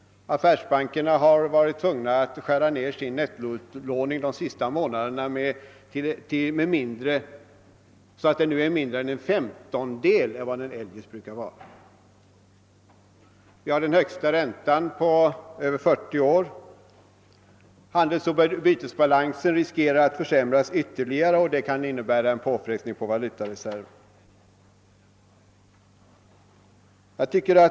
Affärsbankerna har de senaste månaderna varit tvungna att skära ned sin nettoutlåning så att denna är mindre än en femtondel av vad som eljest brukar vara fallet. Vi har den högsta räntan på över 40 år. Handelsoch bytesbalansen riskerar att ytterligare försämras, vilket kan innebära en påfrestning på valutareserven.